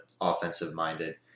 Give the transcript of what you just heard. offensive-minded